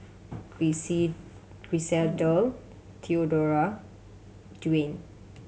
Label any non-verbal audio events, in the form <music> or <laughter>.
Griselda Dorthea <unintelligible> Dawne